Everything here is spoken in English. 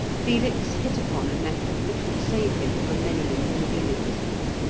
felix hit upon a method which would save him from many inconveniences.